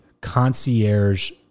concierge